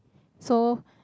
so